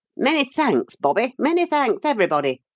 many thanks, bobby many thanks, everybody!